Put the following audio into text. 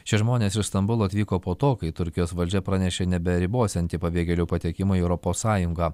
šie žmonės iš stambulo atvyko po to kai turkijos valdžia pranešė neberibosianti pabėgėlių patekimą į europos sąjungą